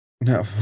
No